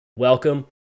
welcome